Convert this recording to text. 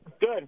good